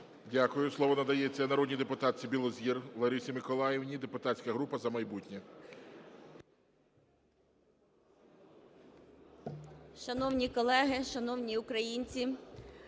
Дякую. Слово надається народній депутатці Білозір Ларисі Миколаївні, депутатська група "За майбутнє".